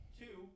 two